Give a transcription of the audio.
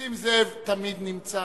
נסים זאב תמיד נמצא,